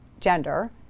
gender